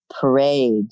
parade